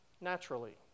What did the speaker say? naturally